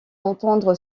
entendre